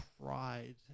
pride